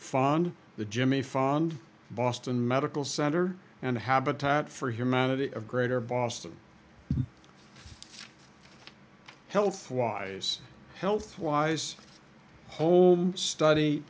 fund the jimmy fund boston medical center and habitat for humanity of greater boston health wise health wise home study